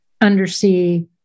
undersea